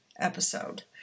episode